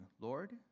Lord